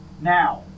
Now